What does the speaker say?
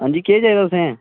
हां जी केह् चाहिदा तुसें